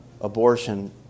abortion